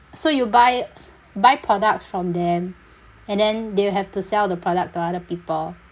so you buy buy products from them and then they will have to sell the product to other people